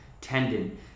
tendon